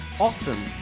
awesome